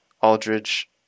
Aldridge